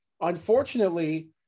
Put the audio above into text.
Unfortunately